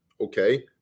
Okay